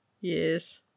Yes